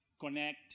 connect